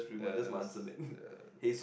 yeah that was yeah